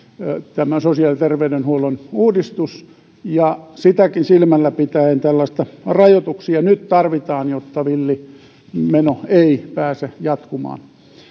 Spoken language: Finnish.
sosiaali ja terveydenhuollon uudistus ja sitäkin silmällä pitäen rajoituksia nyt tarvitaan jotta villi meno ei pääse jatkumaan